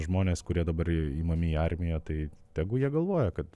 žmonės kurie dabar imami į armiją tai tegu jie galvoja kad